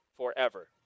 forever